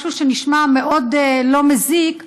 משהו שנשמע מאוד לא מזיק,